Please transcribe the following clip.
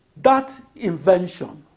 that invention